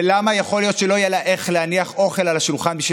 ולמה יכול להיות שלא יהיה לה איך להניח אוכל על השולחן בשביל